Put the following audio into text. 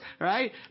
right